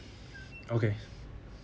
okay